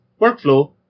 workflow